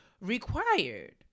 required